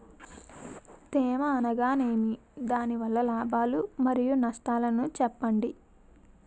తేమ అనగానేమి? దాని వల్ల లాభాలు మరియు నష్టాలను చెప్పండి?